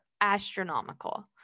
astronomical